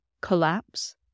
Collapse